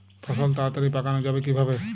ফসল তাড়াতাড়ি পাকানো যাবে কিভাবে?